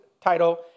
title